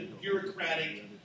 bureaucratic